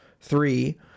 Three